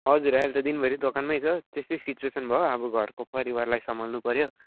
हजुर आहिले त दिनभरि दोकानमै छु त्यस्तै सिच्वेसन भयो अब घरको परिवारलाई सम्हाल्नुपर्यो